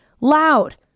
loud